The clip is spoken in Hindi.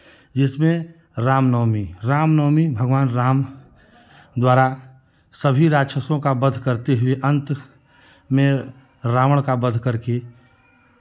जिसमें राम नवमी राम नवमी भगवान राम द्वारा सभी राक्षसों का वध करते हुए अंत में रावण का वध करके